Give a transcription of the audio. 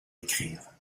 écrire